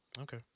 Okay